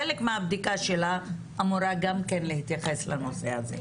חלק מהבדיקה שלה אמורה גם כן להתייחס לנושא הזה.